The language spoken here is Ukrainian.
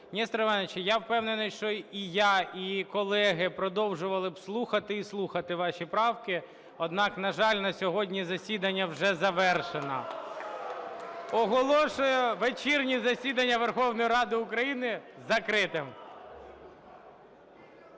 Нестор Іванович, я впевнений, що і я, і колеги продовжували б слухати і слухати ваші правки, однак, на жаль, на сьогодні засідання вже завершено. Оголошую вечірнє засідання Верховної Ради України закритим.